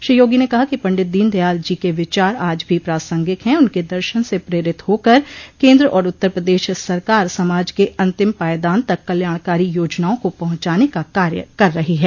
श्री योगी ने कहा कि पंडित दीन दयाल जी के विचार आज भी प्रासगिक है उनके दर्शन से प्रेरित होकर केन्द्र और उत्तर प्रदेश सरकार समाज के अंतिम पायदान तक कल्याणकारी योजनाओं को पहंचाने का कार्य कर रही है